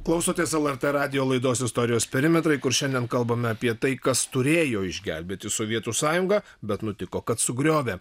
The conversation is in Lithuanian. klausotės lrt radijo laidos istorijos perimetrai kur šiandien kalbame apie tai kas turėjo išgelbėti sovietų sąjungą bet nutiko kad sugriovė